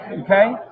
okay